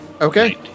Okay